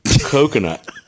coconut